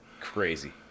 crazy